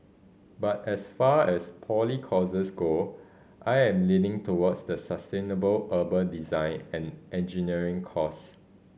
but as far as poly courses go I am leaning towards the sustainable urban design and engineering course